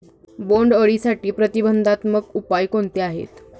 बोंडअळीसाठी प्रतिबंधात्मक उपाय कोणते आहेत?